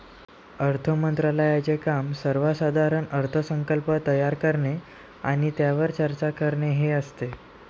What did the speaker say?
अर्थ मंत्रालयाचे काम सर्वसाधारण अर्थसंकल्प तयार करणे आणि त्यावर चर्चा करणे हे असते